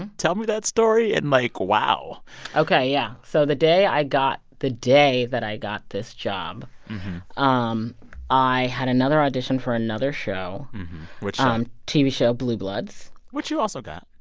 and tell me that story. and, like, wow ok, yeah. so the day i got the day that i got this job um i had another audition for another show which show? um tv show blue bloods. which you also got.